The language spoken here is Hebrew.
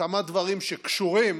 כמה דברים שקשורים